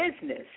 business